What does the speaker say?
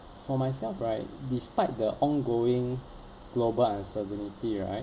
for myself right despite the ongoing global uncertainty right